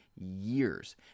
years